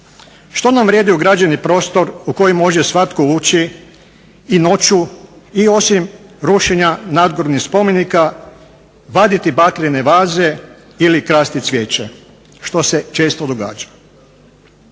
Što nam vrijedi ograđeni prostor u koji može svatko ući i noću i osim rušenja nadgrobnih spomenika vaditi bakrene vaze ili krasti cvijeće što se često događa.